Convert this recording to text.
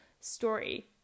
story